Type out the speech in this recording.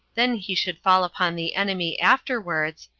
then he should fall upon the enemy afterwards,